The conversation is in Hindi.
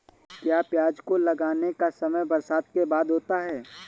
क्या प्याज को लगाने का समय बरसात के बाद होता है?